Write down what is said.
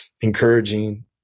encouraging